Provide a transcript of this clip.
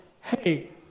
hey